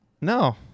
No